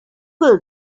them